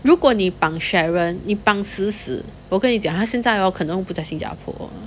如果你绑 sharon 你帮死死我跟你讲他现在 hor 可能不再新加坡